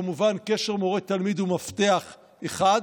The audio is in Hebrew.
כמובן, קשר מורה-תלמיד הוא מפתח אחד.